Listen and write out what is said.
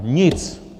Nic!